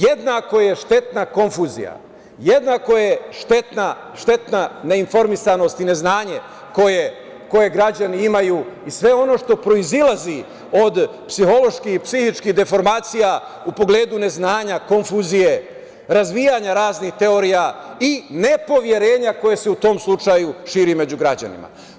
Jednako je štetna konfuzija, jednako je štetna neinformisanost i neznanje koje građani imaju i sve ono što proizilazi od psihičkih deformacija u pogledu neznanja i konfuzije, razvijanja raznih teorija i nepoverenja koje se u tom slučaju širi među građanima.